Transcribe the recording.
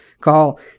call